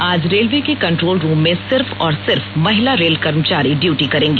आज रेलवे के control room में सिर्फ और सिर्फ महिला रेल कर्मचारी ड्यूटी करेंगी